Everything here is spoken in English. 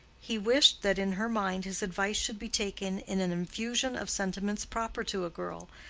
he wished that in her mind his advice should be taken in an infusion of sentiments proper to a girl,